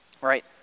Right